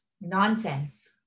nonsense